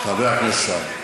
חבר הכנסת סעדי,